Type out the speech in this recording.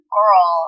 girl